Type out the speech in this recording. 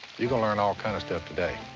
you're gonna learn all kinds of stuff today.